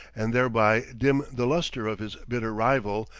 and thereby dim the lustre of his bitter rival,